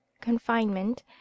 confinement